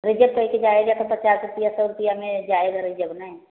reserve करके जाएँगे तो पचास रुपया सौ रुपया में जाएगा जब नहीं